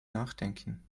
nachdenken